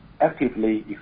actively